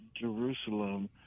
Jerusalem